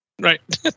Right